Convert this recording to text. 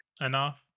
enough